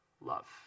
love